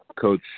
Coach